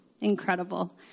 incredible